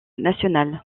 nationale